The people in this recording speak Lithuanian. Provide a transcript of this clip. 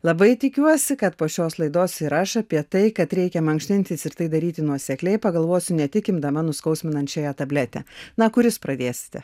labai tikiuosi kad po šios laidos ir aš apie tai kad reikia mankštintis ir tai daryti nuosekliai pagalvosiu ne tik imdama nuskausminančiąją tabletę na kur jūs pradėsite